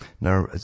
Now